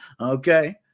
Okay